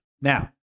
Now